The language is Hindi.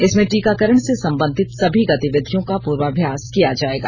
इसमें टीकाकरण से संबंधित सभी गतिविधियों का पूर्वाभ्यास किया जाएगा